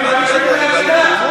הם היו בני-הגנה.